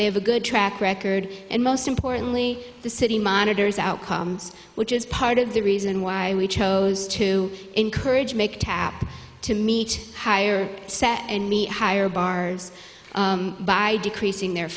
they have a good track record and most importantly the city monitors outcomes which is part of the reason why we chose to encourage make tap to meet higher higher bars by decreasing their